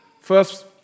First